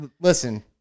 Listen